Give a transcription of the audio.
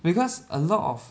because a lot of